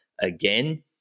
again